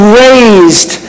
raised